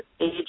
age